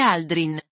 Aldrin